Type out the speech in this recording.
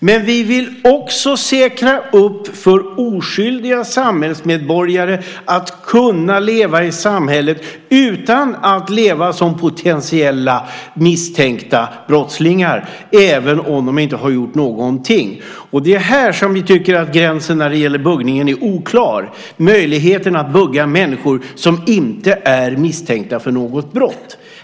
Men vi vill också så att säga säkra upp för oskyldiga samhällsmedborgare att kunna leva i samhället utan att leva som potentiella misstänkta brottslingar även om de inte har gjort någonting. Och det är här som vi tycker att gränsen när det gäller buggningen är oklar, möjligheten att bugga människor som inte är misstänkta för något brott.